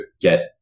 get